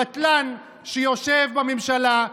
בטלן שיושב בממשלה,